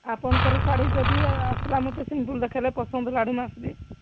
ଆପଣଙ୍କର ଶାଢ଼ୀ ଯଦି ଆସିଲା ମୋତେ ସାମ୍ପୁଲ୍ ଦେଖେଇଲେ ପସନ୍ଦ ଲାଗିଲେ ମୁଁ ଆସିବି